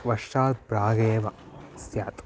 वर्षात् प्रागेव स्यात्